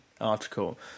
article